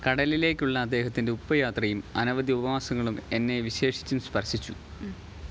കടലിലേക്കുള്ള അദ്ദേഹത്തിന്റെ ഉപ്പ് യാത്രയും അനവധി ഉപവാസങ്ങളും എന്നെ വിശേഷിച്ചും സ്പർശിച്ചു